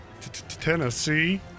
Tennessee